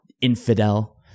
infidel